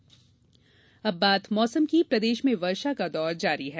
मौसम प्रदेश में वर्षा का दौर जारी है